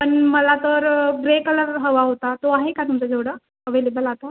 पण मला तर ग्रे कलर हवा होता तो आहे का तुमच्याजवळ अवेलेबल आता